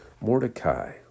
Mordecai